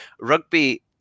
Rugby